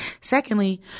Secondly